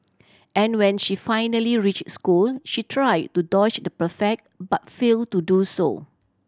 and when she finally reach school she try to dodge the prefect but fail to do so